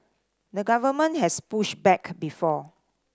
the government has pushed back before